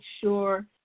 sure